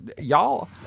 Y'all